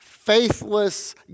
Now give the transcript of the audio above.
faithless